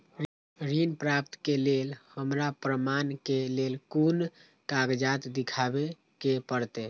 ऋण प्राप्त के लेल हमरा प्रमाण के लेल कुन कागजात दिखाबे के परते?